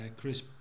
Chris